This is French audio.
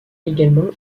également